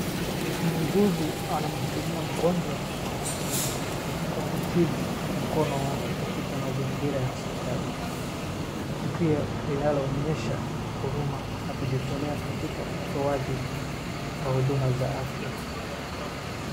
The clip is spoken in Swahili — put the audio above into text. Muuguzi anamhudumia mgonjwa kwa makini kwa kutibu mkono wake katika mazingira ya hospitali. Tukio linaloonyesha huruma na kujitolea katika utoaji wa huduma za afya.